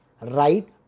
right